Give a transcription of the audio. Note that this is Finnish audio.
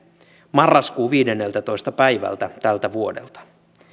marraskuun viidenneltätoista päivältä tältä vuodelta